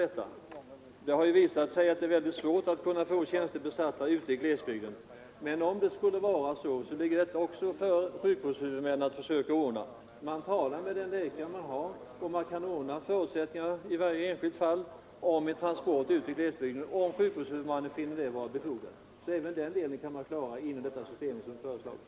Det har ju visat sig att det är väldigt svårt att få tjänster besatta ute i glesbygden. Men om det skulle 127 vara som herr Wachtmeister i Staffanstorp säger, så ligger det på sjukvårdshuvudmännens bedömning att försöka ordna även detta. Man talar med den läkare man har, och man kan ordna saken i varje enskilt fall, om sjukvårdshuvudmännen finner det vara befogat med en läkarmottagning i glesbygden. Även den delen kan alltså klaras inom det föreslagna systemet.